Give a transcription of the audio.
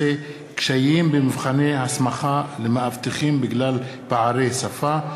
פלוסקוב בנושא: קשיים במבחני הסמכה למאבטחים בגלל פערי שפה.